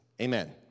Amen